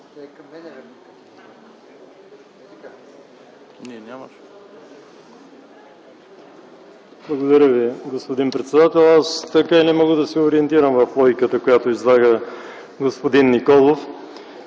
Благодаря Ви, господин председател. Аз така и не мога да се ориентирам в логиката, която излага господин Николов.